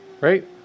right